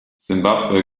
simbabwe